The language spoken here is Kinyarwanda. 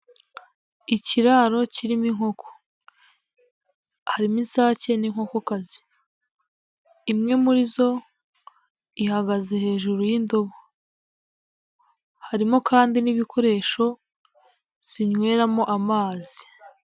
Ikiraro kirimo inkoko, harimo isake n'inkokokazi, imwe muri zo ihagaze hejuru y'indobo harimo kandi n'ibikoresho zinyweramo amazi.